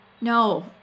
No